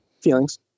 Feelings